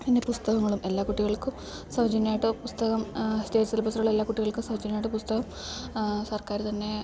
പിന്നെ പുസ്തകങ്ങളും എല്ലാ കുട്ടികൾക്കും സൗജന്യമായിട്ട് പുസ്തകം സ്റ്റേറ്റ് സിലബസ്സിലുള്ള എല്ലാ കുട്ടികൾക്കും സൗജന്യമായിട്ട് പുസ്തകം സർക്കാർ തന്നെ